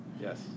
Yes